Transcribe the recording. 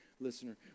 listener